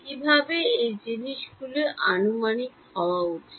কীভাবে এই জিনিসগুলি আনুমানিক হওয়া উচিত